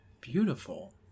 Beautiful